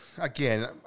again